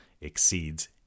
exceeds